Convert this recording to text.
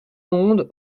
monde